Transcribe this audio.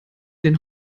den